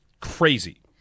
crazy